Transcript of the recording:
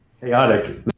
chaotic